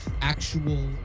actual